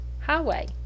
Highway